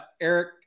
Eric